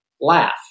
laugh